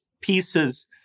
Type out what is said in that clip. pieces